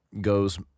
goes